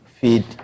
feed